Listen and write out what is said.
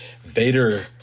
Vader